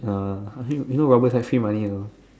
uh you know robbers are free money you know